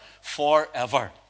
forever